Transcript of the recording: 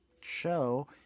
show